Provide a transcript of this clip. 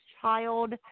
child